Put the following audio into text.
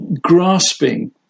grasping